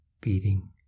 beating